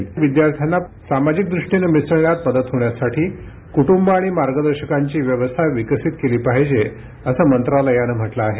याखेरीज विद्यार्थ्यांना सामाजिक दृष्टीने मिसळण्यात मदत होण्यासाठी कुटुंबं आणि मार्गदर्शकांची व्यवस्था विकसित केली पाहिजे असं मंत्रालयानं म्हटलं आहे